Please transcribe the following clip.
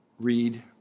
read